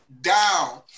Down